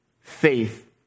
Faith